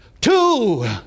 two